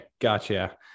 Gotcha